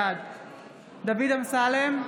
בעד דוד אמסלם,